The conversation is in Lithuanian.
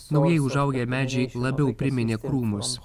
naujai užaugę medžiai labiau priminė krūmus